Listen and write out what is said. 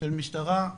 אצל המשטרה,